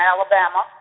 Alabama